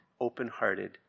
open-hearted